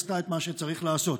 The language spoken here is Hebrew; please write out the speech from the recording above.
עשתה את מה שצריך לעשות.